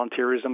volunteerism